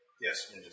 yes